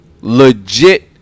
legit